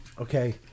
Okay